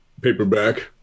paperback